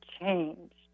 changed